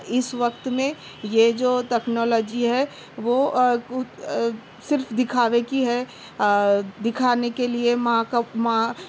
اس وقت میں یہ جو ٹکنالوجی ہے وہ صرف دکھاوے کی ہے دکھانے کے لیے ماں کا ماں